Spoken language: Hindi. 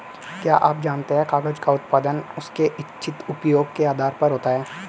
क्या आप जानते है कागज़ का उत्पादन उसके इच्छित उपयोग के आधार पर होता है?